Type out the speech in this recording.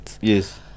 Yes